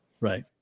Right